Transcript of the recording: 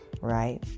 Right